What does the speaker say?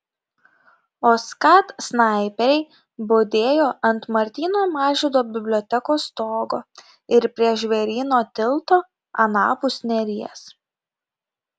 o skat snaiperiai budėjo ant martyno mažvydo bibliotekos stogo ir prie žvėryno tilto anapus neries